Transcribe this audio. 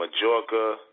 Majorca